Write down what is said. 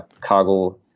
cargo